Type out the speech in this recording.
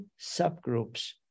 subgroups